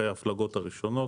אחרי ההפלגות הראשונות,